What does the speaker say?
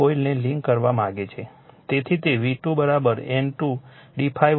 તેથી તે V2 N2 d ∅12 dt છે